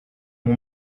mon